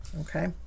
Okay